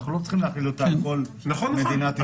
אנחנו לא צריכים להחיל אותה על כל מדינת ישראל.